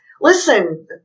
Listen